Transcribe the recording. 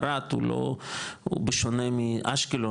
ערד היא לא היא בשונה מאשקלון,